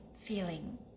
feeling